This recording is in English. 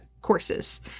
courses